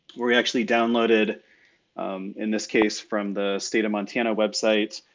where we actually downloaded in this case from the state of montana websites,